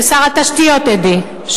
ושר התשתיות עדי,